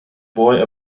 boy